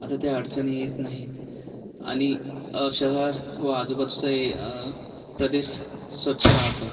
आता त्या अडचनी येत नाहीत आनि शहर व आजूबाजूचा ए प्रदेश स्वच्छ राहतो